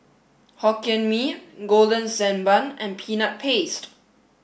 Hokkien Hee Holden Sand Bun and peanut paste